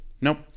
Nope